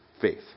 faith